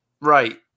right